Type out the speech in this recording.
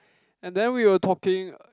and then we were talking